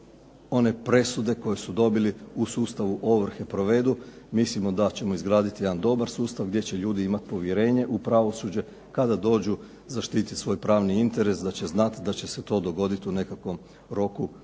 one presude koje su dobili u sustavu ovrhe provedu, mislimo da ćemo izgraditi jedan dobar sustav gdje će ljudi imati povjerenje u pravosuđe kada dođu zaštiti svoj pravni interes, da će znati da će se to dogoditi u nekakvom roku